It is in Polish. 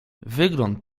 wygląd